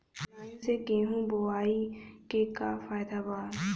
Line से गेहूं बोआई के का फायदा बा?